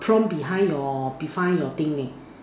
prompt behind your define your thing leh